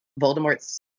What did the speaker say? Voldemort's